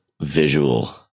visual